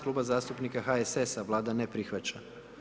Kluba zastupnika HSS-a, Vlada ne prihvaća.